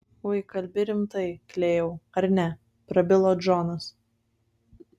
ui kalbi rimtai klėjau ar ne prabilo džonas